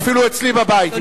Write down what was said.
אפילו אצלי בבית.